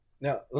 Now